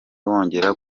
wongera